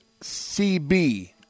CB